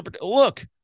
Look